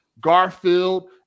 Garfield